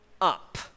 up